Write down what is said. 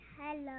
Hello